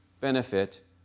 benefit